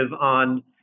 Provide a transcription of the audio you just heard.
on